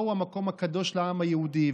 מהו המקום הקדוש לעם היהודי,